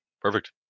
Perfect